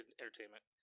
entertainment